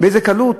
באיזה קלות.